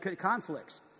conflicts